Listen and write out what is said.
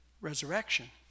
resurrection